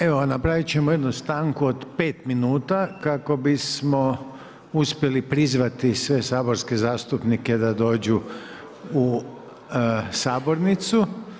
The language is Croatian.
Evo napravit ćemo jednu stanku od pet minuta kako bismo uspjeli prizvati sve saborske zastupnike da dođu u sabornicu.